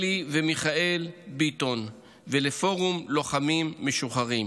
אלי ומיכאל ביטון ולפורום לוחמים משוחררים.